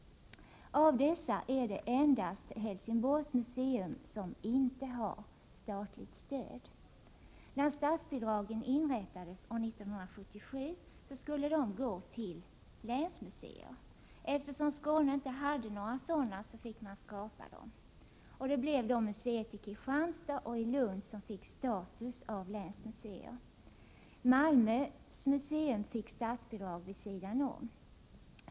Av dessa är det endast Helsingborgs museum som inte har statligt stöd. När statsbidragen inrättades år 1977 skulle de gå till länsmuseer. Eftersom Skåne inte hade några sådana fick man inrätta dem. Det blev museerna i Kristianstad och i Lund som fick status av länsmuseer. Malmö museum fick särskilt statsbidrag.